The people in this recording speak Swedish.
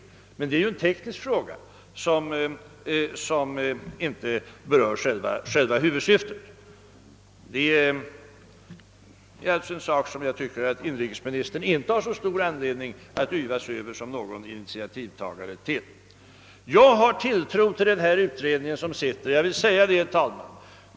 Men detta är ju en teknisk fråga, som inte berör själva huvudsyftet, och jag tycker inte att inrikesministern härvidlag har särskilt stor anledning att yvas över lösningen och framställa sig själv som initiativtagare. Jag har tilltro till den utredning som pågår — det vill jag framhålla.